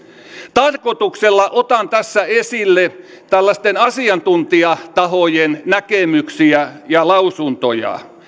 tarkoituksella otan tässä esille tällaisten asiantuntijatahojen näkemyksiä ja lausuntoja